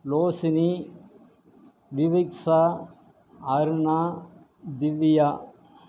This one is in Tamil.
லோசினி நிவிக்சா அருணா திவ்யா